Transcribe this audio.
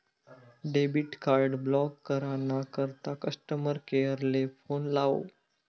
debit card block करा ना करता कस्टमर केअर ले फोन लावो